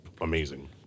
amazing